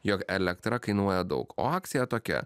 jog elektra kainuoja daug o akcija tokia